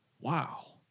wow